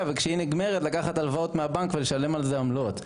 וכשהיא נגמרת לקחת הלוואות מהבנק ולשלם על זה עמלות.